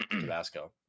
Tabasco